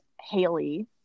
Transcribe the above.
Haley